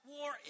war